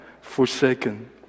forsaken